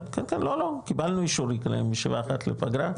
קיבלנו אישור לקיים ישיבה אחת בפגרה,